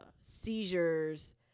seizures